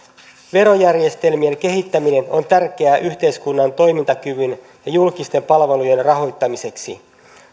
verojärjestelmien kehittäminen on tärkeää yhteiskunnan toimintakyvyn ja julkisten palvelujen rahoittamiseksi